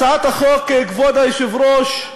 הצעת החוק, כבוד היושב-ראש,